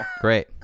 great